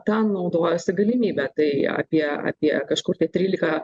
ta naudojasi galimybe tai apie apie kažkur tai trylika